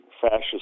fascist